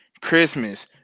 christmas